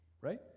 Right